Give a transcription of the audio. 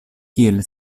kiel